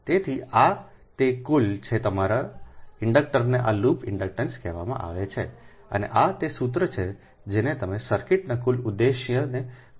તેથી આ તે કુલ છે કે તમારા સંદર્ભ સમય 0840 ઇન્ડક્ટરને આ લૂપ ઇન્ડક્ટન્સ કહેવામાં આવે છે અને આ તે સૂત્ર છે જેને તમે સર્કિટના કુલ ઉદ્દેશ્યને જ કહો છો